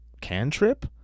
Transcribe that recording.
cantrip